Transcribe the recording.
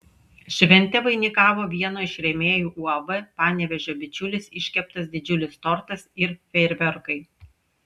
šventę vainikavo vieno iš rėmėjų uab panevėžio bičiulis iškeptas didžiulis tortas ir fejerverkai